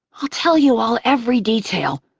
i'll tell you all every detail.